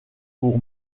pour